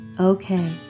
Okay